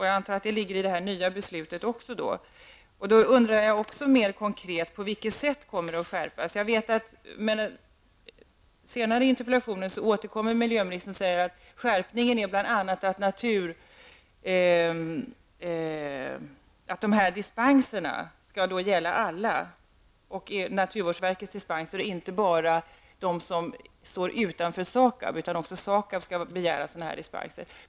Jag antar att det innefattas i det nya beslutet. Jag undrar mer konkret: På vilket sätt kommer reglerna skärpas? Senare i interpellationen återkommer miljöministern till regelskärpningen och säger bl.a. att den skulle innebära att naturvårdsverkets dispensgivning skall gälla alla, inkl. SAKAB dvs. också SAKAB skall ansöka om dispensgivning.